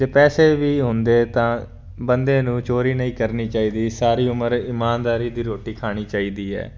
ਅਤੇ ਪੈਸੇ ਵੀ ਹੁੰਦੇ ਤਾਂ ਬੰਦੇ ਨੂੰ ਚੋਰੀ ਨਹੀਂ ਕਰਨੀ ਚਾਹੀਦੀ ਸਾਰੀ ਉਮਰ ਇਮਾਨਦਾਰੀ ਦੀ ਰੋਟੀ ਖਾਣੀ ਚਾਹੀਦੀ ਹੈ